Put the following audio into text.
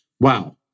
wow